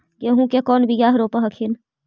गेहूं के कौन बियाह रोप हखिन?